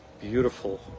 beautiful